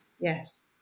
yes